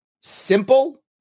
Simple